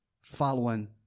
following